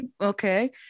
okay